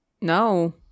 no